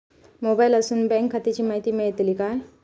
मोबाईलातसून बँक खात्याची माहिती मेळतली काय?